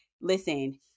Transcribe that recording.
listen